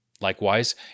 Likewise